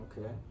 Okay